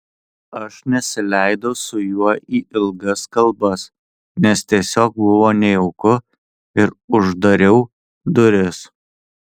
aš nesileidau su juo į ilgas kalbas nes tiesiog buvo nejauku ir uždariau duris